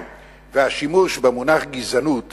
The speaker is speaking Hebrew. והשימוש במונח גזענות